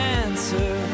answer